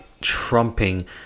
trumping